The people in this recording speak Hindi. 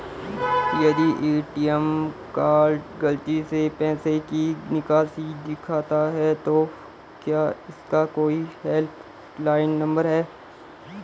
यदि ए.टी.एम कार्ड गलती से पैसे की निकासी दिखाता है तो क्या इसका कोई हेल्प लाइन नम्बर है?